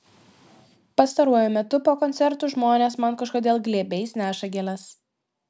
pastaruoju metu po koncertų žmonės man kažkodėl glėbiais neša gėles